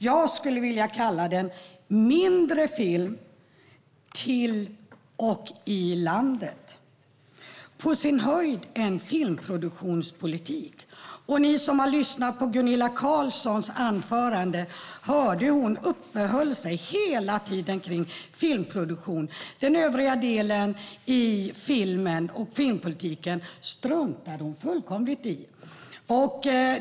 Jag skulle vilja kalla propositionen "Mindre film till och i landet - på sin höjd en filmproduktionspolitik." Ni som har lyssnat på Gunilla Carlssons anförande kunde höra att hon hela tiden uppehöll sig kring filmproduktion. Den övriga delen i filmpolitiken struntade hon fullkomligt i.